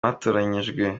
batoranyijwe